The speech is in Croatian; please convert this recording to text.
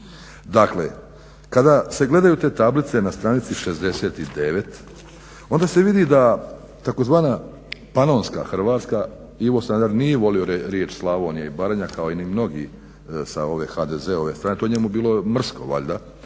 Dakle, kada se gledaju te tablice na stranici 69 onda se vidi da tzv. Panonska Hrvatska, Ivo Sanader nije volio riječ Slavonija i Baranja kao ni mnogi sa ove HDZ-ove strane, to je njemu bilo mrsko valjda